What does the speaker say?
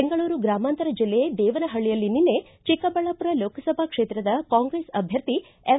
ಬೆಂಗಳೂರು ಗ್ರಾಮಾಂತರ ಜಿಲ್ಲೆ ದೇವನಹಳ್ಳಿಯಲ್ಲಿ ನಿನ್ನೆ ಚಿಕ್ಕಬಳ್ಳಾಪುರ ಲೋಕಸಭಾ ಕ್ಷೇತ್ರದ ಕಾಂಗ್ರೆಸ್ ಅಭ್ಯರ್ಥಿ ಎಂ